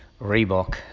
Reebok